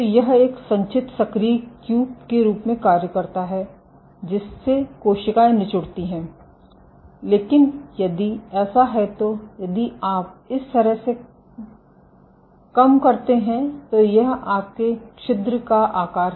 तो यह एक संचित सक्रिय क्यूब के रूप में कार्य करता है जिससे कोशिकाएं निचुड़ती हैं लेकिन यदि ऐसा है तो यदि आप इस तरह से कम करते हैं तो यह आपके छिद्र का आकार है